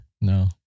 No